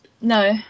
No